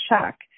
check